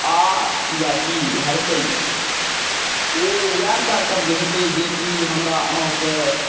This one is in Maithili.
आ या इ हर्सइ ओ वएहटा शब्द हेतै जेकि हमरा अहाँके